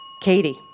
Katie